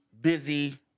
busy